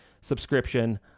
subscription